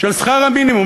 של שכר המינימום,